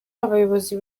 abayobozi